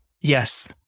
Yes